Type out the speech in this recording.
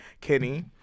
Kenny